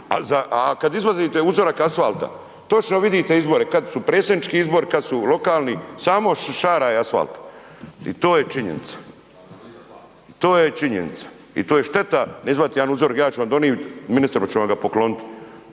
a kad izvadite uzorak asfalta točno vidite izbore, kad su predsjednički izbori, kad su lokalni, samo šaraj asfalt i to je činjenica, i to je činjenica. I to je šteta ne izvadit jedan uzorak, ja ću vam donit ministre pa ću vam ga poklonit.